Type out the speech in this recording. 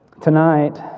Tonight